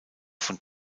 von